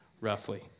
roughly